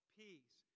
peace